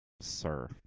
Sir